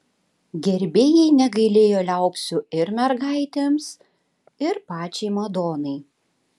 gerbėjai negailėjo liaupsių ir mergaitėms ir pačiai madonai